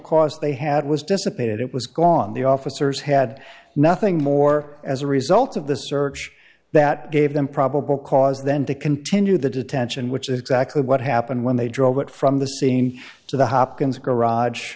cause they had was dissipated it was gone the officers had nothing more as a result of the search that gave them probable cause then to continue the detention which is exactly what happened when they drove it from the scene to the hopkins garage